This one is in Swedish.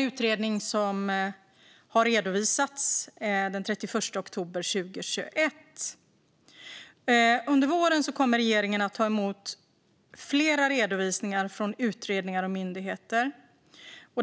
Utredningen kommer att redovisas den 31 oktober 2022. Under våren kommer regeringen att ta emot flera redovisningar från utredningar och myndigheter.